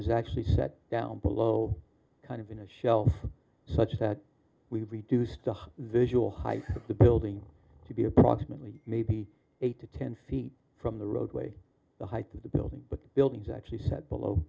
is actually set down below kind of in a shell such that we have reduced our visual height of the building to be approximately maybe eight to ten feet from the roadway the height of the building but buildings actually set below